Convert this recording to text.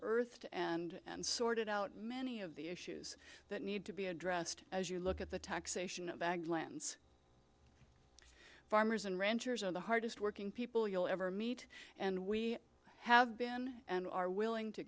unearthed and sorted out many of the issues that need to be addressed as you look at the taxation of ag lands farmers and ranchers are the hardest working people you'll ever meet and we have been and are willing to